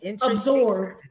absorb